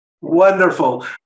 Wonderful